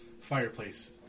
fireplace